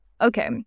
Okay